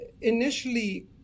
initially